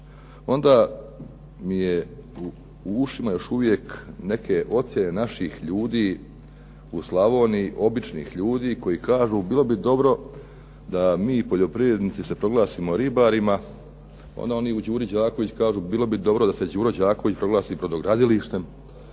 onda mi je u ušima još uvijek neke ocjene naših ljudi, u Slavoniji, običnih ljudi koji kažu bilo bi dobro da mi poljoprivrednici se proglasimo ribarima, onda oni u „Đuri Đaković“ kažu bilo bi dobro da se „Đuro Đaković“ proglasi brodogradilištem